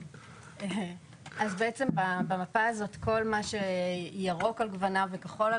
בעצם במפה הזאת כל מה שירוק על גווניו וכחול על